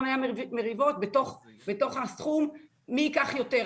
היו מריבות בתוך הסכום מי ייקח יותר,